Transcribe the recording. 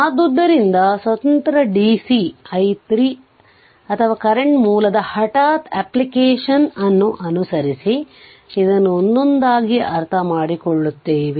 ಆದ್ದರಿಂದ ಸ್ವತಂತ್ರ DC i 3 ಅಥವಾ ಕರೆಂಟ್ ಮೂಲದ ಹಠಾತ್ ಅಪ್ಲಿಕೇಶನ್ ಅನ್ನು ಅನುಸರಿಸಿ ಇದನ್ನು ಒಂದೊಂದಾಗಿ ಅರ್ಥಮಾಡಿಕೊಳ್ಳುತ್ತೇವೆ